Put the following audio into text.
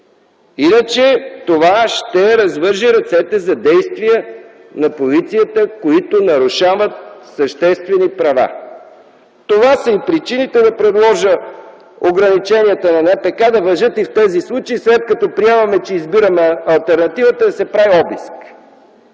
Иначе това ще развърже ръцете за действия на полицията, които нарушават съществени права. Това са и причините да предложа ограниченията на НПК да важат и в тези случаи, след като приемаме, че избираме алтернативата да се прави обиск.